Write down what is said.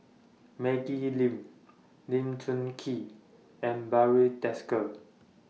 Maggie Lim Lee Choon Kee and Barry Desker